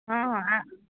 ହଁ ହଁ